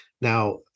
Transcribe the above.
Now